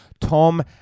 Tom